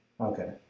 Okay